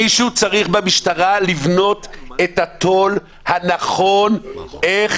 מישהו צריך במשטרה לבנות את התו"ל הנכון איך